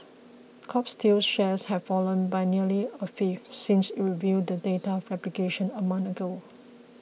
Kobe Steel's shares have fallen by nearly a fifth since it revealed the data fabrication a month ago